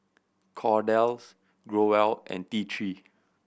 Kordel's Growell and T Three